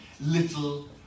little